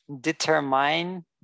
determine